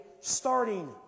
starting